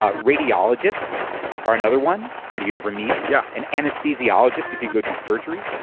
ah radiologists are another one. so but you never meet yeah an anesthesiologist if you go to surgery.